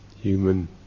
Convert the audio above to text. human